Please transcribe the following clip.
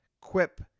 Quip